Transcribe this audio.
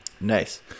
nice